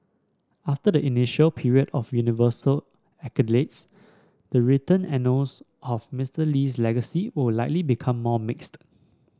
after the initial period of universal accolades the written annals of Mister Lee's legacy will likely become more mixed